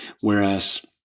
whereas